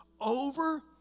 over